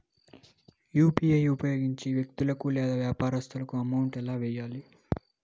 UPI ఉపయోగించి వ్యక్తులకు లేదా వ్యాపారస్తులకు అమౌంట్ ఎలా వెయ్యాలి